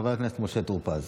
חבר הכנסת משה טור פז.